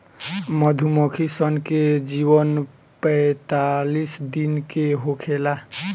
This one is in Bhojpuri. मधुमक्खी सन के जीवन पैतालीस दिन के होखेला